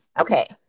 Okay